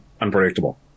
unpredictable